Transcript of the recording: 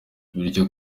bityo